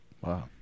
Wow